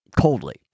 coldly